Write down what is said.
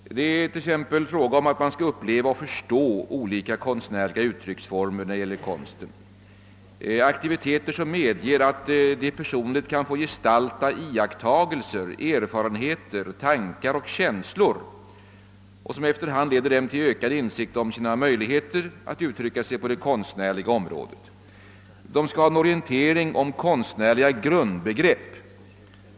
Det är t.ex. fråga om att de skall uppleva och förstå olika konstnärliga uttrycksformer. I skolöverstyrelsens förslag till översyn framhålles att eleverna bör få utlopp för sin skaparlust i aktiviteter som medger att de personligt kan få gestalta iakttagelser, erfarenheter, tankar och känslor som efter hand leder dem till ökad insikt om sina möjligheter att uttrycka sig på det konstnärliga området. De skall ha orientering om konstnärliga grundbegrepp.